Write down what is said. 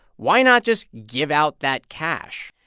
why not just give out that cash?